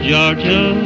Georgia